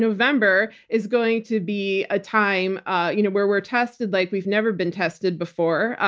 november is going to be a time ah you know where we're tested like we've never been tested before,